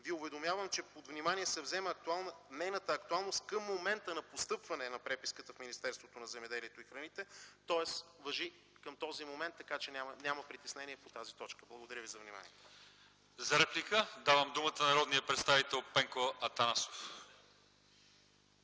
Ви уведомявам, че под внимание се взема нейната актуалност към момента на постъпване на преписката в Министерството на земеделието и храните, тоест важи към този момент, така че няма притеснения по тази точка. Благодаря ви за вниманието. ПРЕДСЕДАТЕЛ ЛЪЧЕЗАР ИВАНОВ: За реплика давам думата на народния представител Пенко Атанасов.